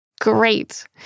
Great